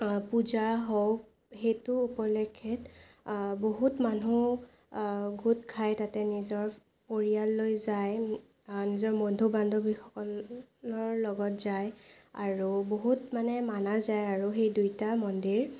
পূজা হওক সেইটোৰ উপলক্ষে বহুত মানুহ গোট খায় তাতে নিজৰ পৰিয়াল লৈ যায় নিজৰ বন্ধু বান্ধৱীসকলৰ লগত যায় আৰু বহুত মানে মনা যায় আৰু সেই দুইটা মন্দিৰ